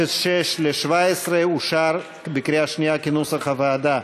06 ל-2017 אושר בקריאה שנייה כנוסח הוועדה.